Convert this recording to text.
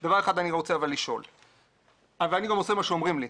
ואני גם עושה מה שאומרים לי,